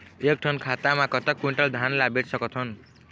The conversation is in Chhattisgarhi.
एक ठन खाता मा कतक क्विंटल धान ला बेच सकथन?